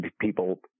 people